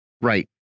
Right